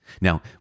now